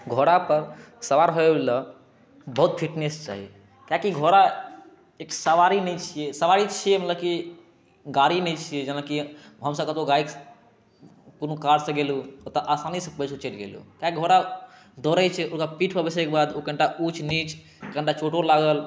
घोड़ा पर सवार होबय लेल बहुत फिटनेस चाही कियाकि घोड़ा एक सवारी नहि छियै सवारी छियै मतलबकी गाड़ी नहि छियै जेनाकि हमसभ कतौ गाड़ी कोनो कार सँ गेलहुँ ओतऽ आसानीसँ पहुँचकऽ चलि गेलहुँ कियाकि घोड़ा दौड़ै छै ओकरा पीठ पर बैसैके बाद ओ कनिटा उच्च नीच कनिटा चोटो लागल